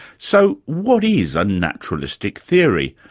so, what is a naturalistic theory,